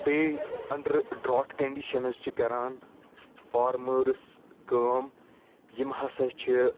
بیٚیہِ under drought conditions چھ کَران فارمٲرٕس کٲم یم ہَسا چھِ